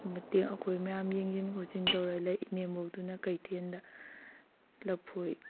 ꯃꯇꯦꯡ ꯑꯩꯈꯣꯏ ꯃꯌꯥꯝ ꯌꯦꯡꯁꯤꯟ ꯈꯣꯠꯆꯤꯟ ꯇꯧꯔꯒ ꯂꯩ ꯏꯅꯦꯝꯄꯣꯛꯇꯨꯅ ꯀꯩꯊꯦꯜꯗ ꯂꯐꯣꯏ